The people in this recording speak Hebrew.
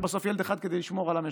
ובסוף יישאר ילד אחד כדי לשמור על המשק.